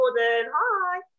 Hi